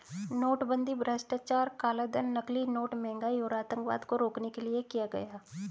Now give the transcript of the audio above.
नोटबंदी भ्रष्टाचार, कालाधन, नकली नोट, महंगाई और आतंकवाद को रोकने के लिए किया गया